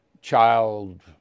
child